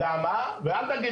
למה הם לא עשו את זה?